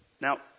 Now